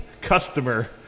customer